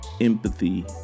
empathy